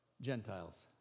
Gentiles